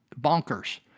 bonkers